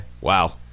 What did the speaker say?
Wow